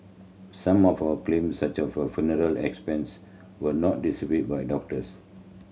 some of claims such as for funeral expense were not disputed by doctors